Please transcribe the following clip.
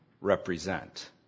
represent